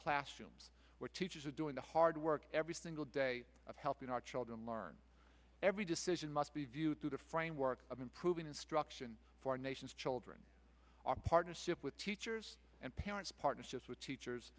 classrooms where teachers are doing the hard work every single day of helping our children learn every decision must be viewed through the framework of improving instruction for nation's children our partnership with teachers and parents partnerships with teachers